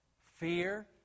fear